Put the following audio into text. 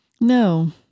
No